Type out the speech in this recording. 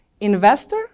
Investor